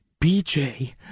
BJ